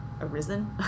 arisen